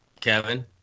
Kevin